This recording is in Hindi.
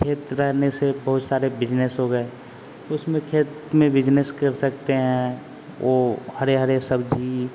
खेत रहने से बहुत सारे बिजनेस हो गए उसमें खेत में बिजनेस कर सकते हैं वह हरे हरे सब्ज़ी